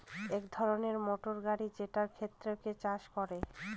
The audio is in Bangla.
এক ধরনের মোটর গাড়ি যেটা ক্ষেতকে চাষ করে